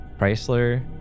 Chrysler